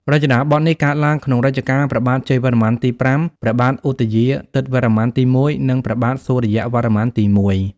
រចនាបថនេះកើតឡើងក្នុងរជ្ជកាលព្រះបាទជ័យវរ្ម័នទី៥ ព្រះបាទឧទយាទិត្យវរ្ម័នទី១ និងព្រះបាទសូរ្យវរ្ម័នទី១។